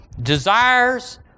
desires